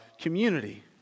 community